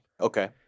okay